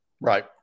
Right